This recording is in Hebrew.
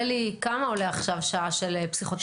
וכמה עולה עכשיו שעה של פסיכותרפיסט מבחוץ?